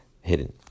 hidden